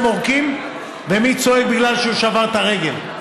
עורקים ומי צועק בגלל שהוא שבר את הרגל,